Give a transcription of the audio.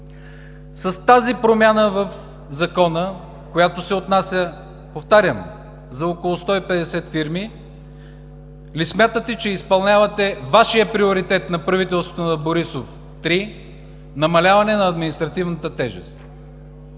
С тази промяна в Закона, която се отнася, повтарям, за около 150 фирми, ли смятате, че изпълнявате Вашия приоритет – на правителството на Борисов 3 – намаляване на административната тежест?